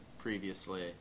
previously